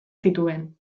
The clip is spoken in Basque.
zituen